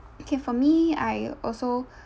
okay for me I also